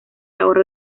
ahorro